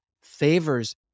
favors